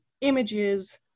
images